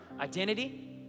identity